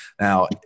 Now